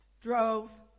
drove